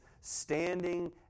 standing